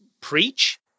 preach